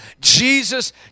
Jesus